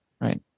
Right